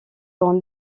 dans